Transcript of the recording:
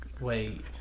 wait